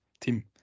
team